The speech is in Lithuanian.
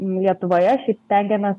lietuvoje šiaip stengiamės